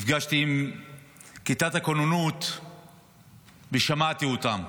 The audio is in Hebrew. נפגשתי עם כיתת הכוננות ושמעתי אותם.